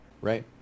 Right